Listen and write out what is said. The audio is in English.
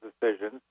decisions